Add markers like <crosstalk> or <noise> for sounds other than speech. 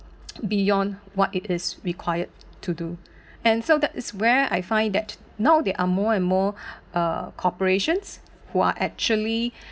<noise> beyond what it is required to do and so that is where I find that now there are more and more <breath> uh corporations who are actually <breath>